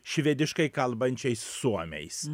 švediškai kalbančiai suomiais